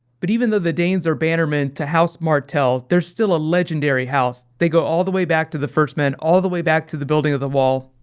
but even though the daynes are bannermen to house martell they're still a legendary house. they go all the way back to the first men, all the way back to the building of the wall.